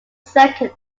second